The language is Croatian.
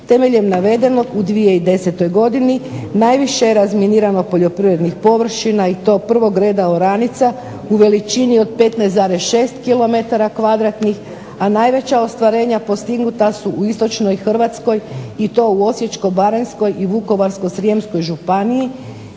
Temeljem navedenog u 2010. godini najviše je razminiranih poljoprivrednih površina i to prvog reda oranica u veličini od 15,6 kilometara kvadratnih, a najveća ostvarenja postignuta su u Istočnoj Hrvatskoj i to u Osječko-baranjskoj i Vukovarsko-srijemskoj županiji